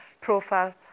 profile